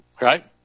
Right